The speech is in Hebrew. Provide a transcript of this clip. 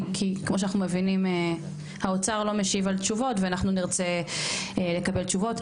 כי כמו שאנחנו מבינים האוצר לא משיב תשובות ואנחנו נרצה לקבל תשובות.